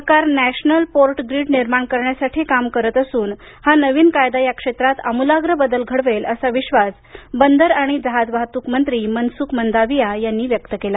सरकार national port grid निर्माण करण्यासाठी काम करत असून हा नवीन कायदा या क्षेत्रात अमुलाग्र बदल घडवेल असा विश्वास बंदर आणि जहाज वाहतूक मंत्री मनसुख मंदावीया यांनी व्यक्त केला